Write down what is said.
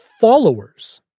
followers